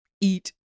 Eat